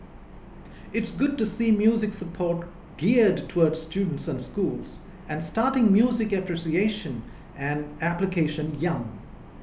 it's good to see music support geared towards students and schools and starting music appreciation and application young